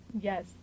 Yes